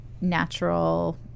natural